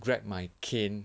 grab my cane